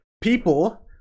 people